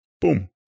Boom